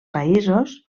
països